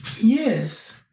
Yes